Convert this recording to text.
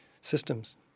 systems